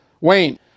Wayne